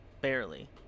Barely